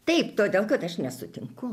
taip todėl kad aš nesutinku